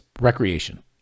Recreation